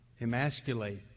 emasculate